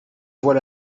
vois